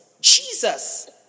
Jesus